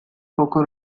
poco